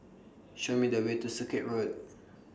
Show Me The Way to Circuit Road